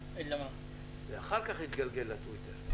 זה אחר כך התגלגל לטוויטר.